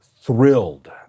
thrilled